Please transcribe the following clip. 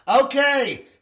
Okay